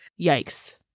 Yikes